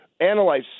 Analyze